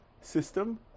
system